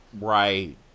right